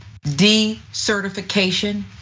decertification